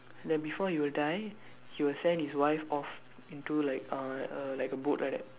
that before he will die he will send his wife off into like uh a like a boat like that